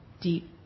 deep